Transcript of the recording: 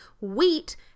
Wheat